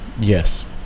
Yes